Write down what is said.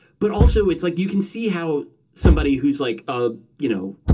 but also, it's like you can see how somebody who's like a, you know,